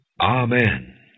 Amen